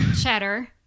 cheddar